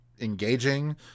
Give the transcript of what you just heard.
engaging